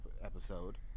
episode